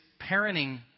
parenting